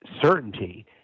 certainty